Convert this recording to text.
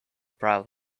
proud